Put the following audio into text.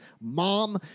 mom